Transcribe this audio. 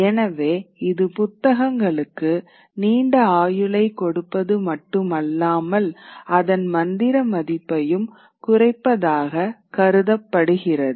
எனவே இது புத்தகங்களுக்கு நீண்ட ஆயுளை கொடுப்பது மட்டுமல்லாமல் அதன் மந்திர மதிப்பையும் குறைப்பதாக கருதப்படுகிறது